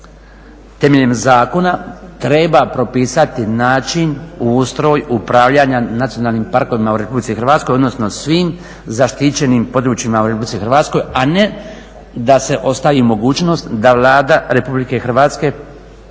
temeljem zakona treba propisati način, ustroj upravljanja nacionalnim parkovima u RH odnosno svim zaštićenim područjima u RH, a ne da se ostavi mogućnost da Vlada Rh svojom